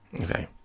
Okay